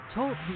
Talk